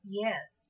yes